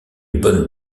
bonne